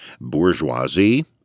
bourgeoisie